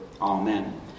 Amen